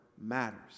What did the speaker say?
matters